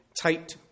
tight